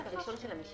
אם אפשר בקצרה.